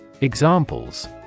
Examples